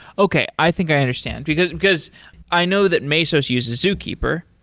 okay. i think i understand, because because i know that mesos uses zookeeper,